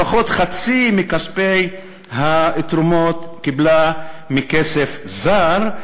לפחות חצי מכספי התרומות שקיבלה הם כסף זר.